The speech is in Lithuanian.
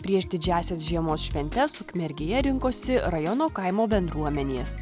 prieš didžiąsias žiemos šventes ukmergėje rinkosi rajono kaimo bendruomenės